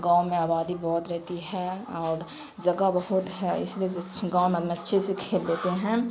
گاؤں میں آبادی بہت رہتی ہے اور جگہ بہت ہے اس لیے گاؤں میں اپنے اچھے سے کھیل لیتے ہیں